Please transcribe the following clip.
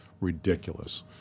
ridiculous